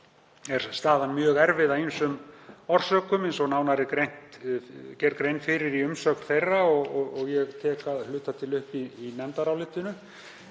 er staðan mjög erfið af ýmsum orsökum eins og nánar er gerð grein fyrir í umsögn þeirra og ég tek að hluta til upp í nefndarálitinu.